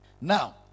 Now